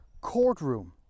courtroom